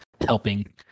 helping